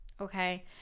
Okay